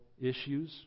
issues